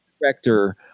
director